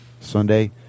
Sunday